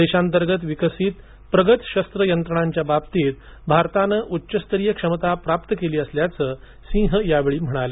देशांतर्गत विकसित प्रगत शस्त्र यंत्रणांच्या बाबतीत भारतानं उच्चस्तरीय क्षमता प्राप्त केली असल्याचं सिंग म्हणाले